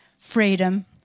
freedom